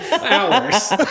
Hours